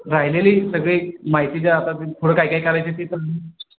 राहिलेली सगळी माहिती जे आता पुढं काय काय करायचं ते